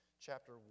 chapter